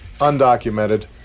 undocumented